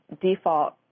default